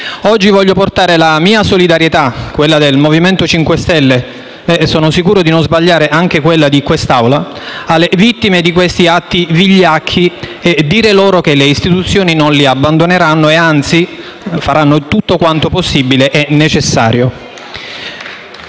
Oggi voglio portare la mia solidarietà, quella del MoVimento 5 Stelle, e - sono sicuro di non sbagliare - anche quella dell'intera Assemblea, alle vittime di questi atti vigliacchi, dicendo loro che le istituzioni non li abbandoneranno e - anzi - faranno tutto quanto possibile e necessario.